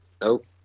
Nope